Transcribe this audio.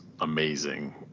amazing